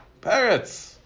Parrots